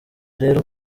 rero